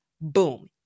Boom